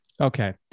Okay